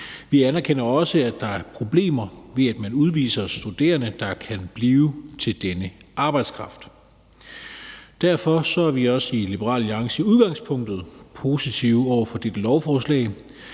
Vi anerkender også, at der er problemer ved, at man udviser studerende, der kan blive til denne arbejdskraft. Derfor er vi også i Liberal Alliance i udgangspunktet positive over for dette lovforslag,